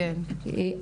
נכון,